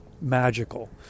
magical